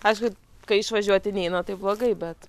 aišku kai išvažiuoti neina tai blogai bet